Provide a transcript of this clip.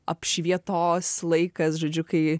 apšvietos laikas žodžiu kai